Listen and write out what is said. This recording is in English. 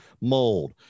mold